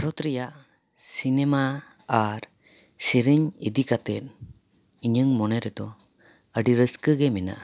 ᱵᱷᱟᱨᱚᱛ ᱨᱮᱭᱟᱜ ᱥᱤᱱᱮᱢᱟ ᱟᱨ ᱥᱮᱨᱮᱧ ᱤᱫᱤ ᱠᱟᱛᱮ ᱤᱧᱟᱹᱝ ᱢᱚᱱᱮ ᱨᱮᱫᱚ ᱟᱹᱰᱤ ᱨᱟᱹᱥᱠᱟᱹ ᱜᱮ ᱢᱮᱱᱟᱜᱼᱟ